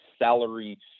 salary